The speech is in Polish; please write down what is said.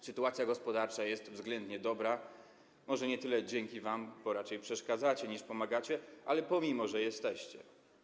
Sytuacja gospodarcza jest względnie dobra, może nie tyle dzięki wam, bo raczej przeszkadzacie, niż pomagacie, ale pomimo że jesteście.